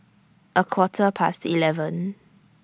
A Quarter Past eleven